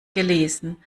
gelesen